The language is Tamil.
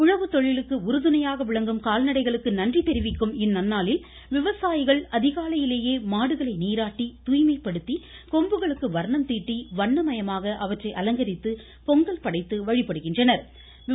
உழவுத்தொழிலுக்கு உறுதுணையாக விளங்கும் கால்நடைகளுக்கு நன்றி தெரிவிக்கும் இந்நன்னாளில் விவசாயிகள் அதிகாலையிலேயே மாடுகளை நீராட்டி தூய்மைப்படுத்தி கொம்புகளுக்கு வர்ணம் தீட்டி வண்ணமயமாக அவற்றை அலங்கரித்து பொங்கல் படைத்து வழிபடுகின்றனர்